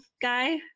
guy